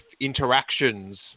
interactions